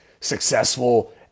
successful